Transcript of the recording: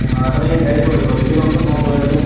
অঁ আপুনি হেৰি কৰিব লিখি লওকচোন মই কৈ আছোঁ